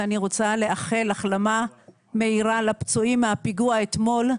ואני רוצה לאחל החלמה מהירה לפצועים מהפיגוע אתמול,